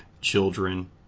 children